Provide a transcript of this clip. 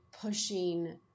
pushing